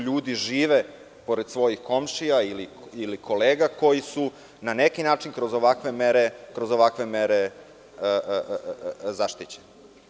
Ljudi žive pored svojih komšija ili kolega koji su na neki način, kroz ovakve mere, zaštićeni.